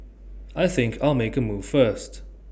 I think I'll make A move first